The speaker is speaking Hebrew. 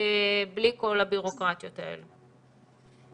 בלי כל הבירוקרטיות האלה.